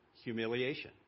Humiliation